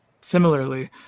similarly